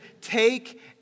take